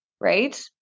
right